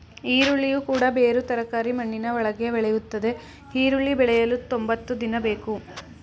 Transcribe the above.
ಈರುಳ್ಳಿಯು ಕೂಡ ಬೇರು ತರಕಾರಿ ಮಣ್ಣಿನ ಒಳಗೆ ಬೆಳೆಯುತ್ತದೆ ಈರುಳ್ಳಿ ಬೆಳೆಯಲು ತೊಂಬತ್ತು ದಿನ ಬೇಕು